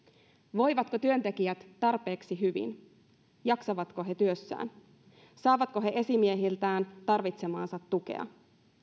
voivatko työntekijät tarpeeksi hyvin jaksavatko he työssään saavatko he esimiehiltään tarvitsemaansa tukea